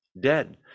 dead